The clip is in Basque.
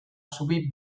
zubi